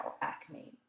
acne